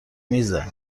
میزه